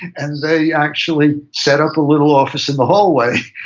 and they actually set up a little office in the hallway,